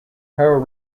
power